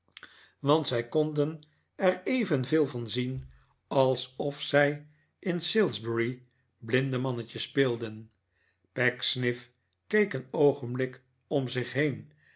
want zij konden er evenveel van zien alsof zij in salisbury blindemannetje speelden pecksniff keek een oogenblik om zich heen